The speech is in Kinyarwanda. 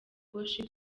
worship